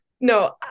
No